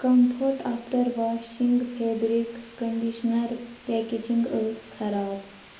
comfort after washing fabric conditioner packaging ٲس خراب